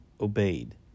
obeyed